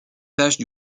tâches